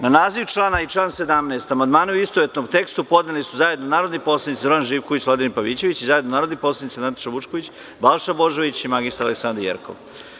Na naziv člana i član 17. amandmane u istovetnom tekstu podneli su zajedno narodni poslanici Zoran Živković, Vladimir Pavićević i zajedno narodni poslanici Nataša Vučković, Balša Božović i mr Aleksandara Jerkov.